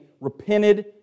repented